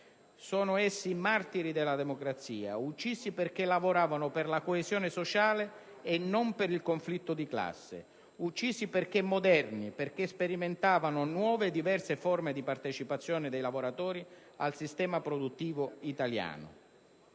Sono essi i martiri della democrazia, uccisi perché lavoravano per la coesione sociale e non per il conflitto di classe, uccisi perché moderni, perché sperimentavano nuove e diverse forme di partecipazione dei lavoratori al sistema produttivo italiano.